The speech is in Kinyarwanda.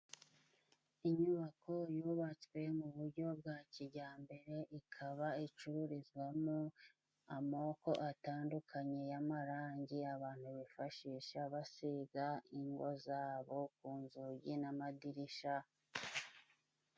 Inyubako yubatswe mu buryo bwa kijyambere, ikaba icururizwamo amoko atandukanye y'amarangi abantu bifashisha basiga ingo zabo ku nzugi n'amadirisha.